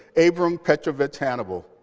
abram petrovich hannibal,